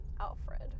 alfred